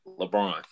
LeBron